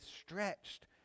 stretched